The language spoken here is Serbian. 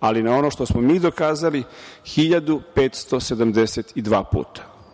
ali na ono što smo mi dokazali, 1.572 puta.